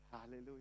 Hallelujah